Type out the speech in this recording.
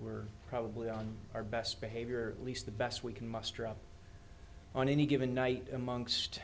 we're probably on our best behavior at least the best we can muster up on any given night amongst